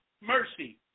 mercy